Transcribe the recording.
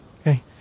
okay